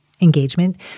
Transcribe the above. engagement